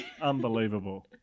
Unbelievable